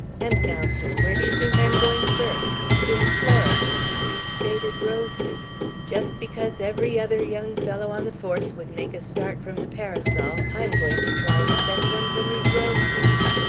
and now, sir, where do you think i am going first? to a florist's, with these faded rose-leaves. just because every other young fellow on the force would make a start from the parasol, i am going to try and effect one from these rose-leaves.